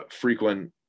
frequent